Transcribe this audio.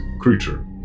creature